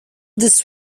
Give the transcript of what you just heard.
this